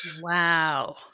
Wow